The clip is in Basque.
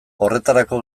horretarako